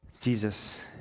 Jesus